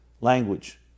language